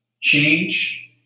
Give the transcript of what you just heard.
change